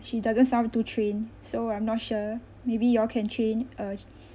she doesn't sound to trainned so I'm not sure maybe you all can train uh